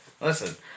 Listen